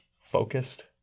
focused